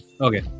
Okay